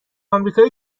آمریکای